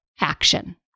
action